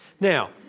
Now